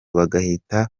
bagahita